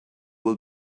will